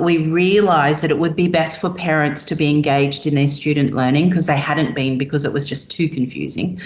we realized that it would be best for parents to be engaged in their student learning, cause they hadn't been, because it was just too confusing.